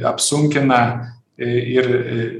apsunkina ir